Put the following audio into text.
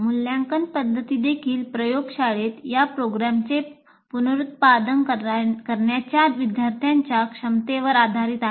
मूल्यांकन पद्धती देखील प्रयोगशाळेत या प्रोग्रामचे पुनरुत्पादन करण्याच्या विद्यार्थ्यांच्या क्षमतेवर आधारित आहेत